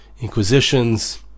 Inquisitions